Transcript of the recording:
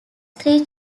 three